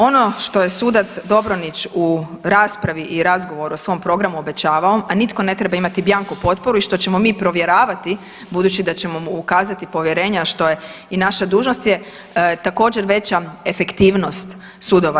Ono što je sudac Dobronić u raspravi i razgovoru u svom programu obećavao, a nitko ne treba imati bianco potporu i što ćemo mi provjeravati budući da ćemo mu ukazati povjerenje, a što je i naša dužnost je također veća efektivnost sudova.